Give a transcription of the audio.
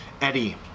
Eddie